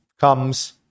comes